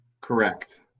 Correct